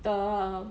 the